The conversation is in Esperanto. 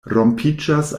rompiĝas